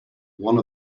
one